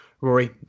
rory